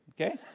okay